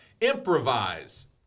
Improvise